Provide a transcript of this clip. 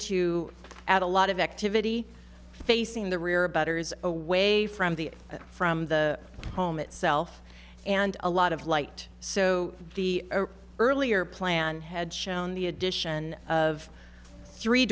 to add a lot of activity facing the rear abettors away from the from the home itself and a lot of light so the earlier plan had shown the addition of three